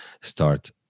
start